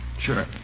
Sure